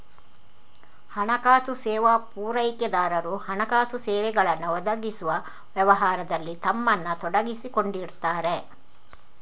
ಹಣಕಾಸು ಸೇವಾ ಪೂರೈಕೆದಾರರು ಹಣಕಾಸು ಸೇವೆಗಳನ್ನ ಒದಗಿಸುವ ವ್ಯವಹಾರದಲ್ಲಿ ತಮ್ಮನ್ನ ತೊಡಗಿಸಿಕೊಂಡಿರ್ತಾರೆ